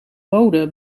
mode